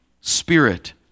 spirit